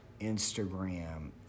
Instagram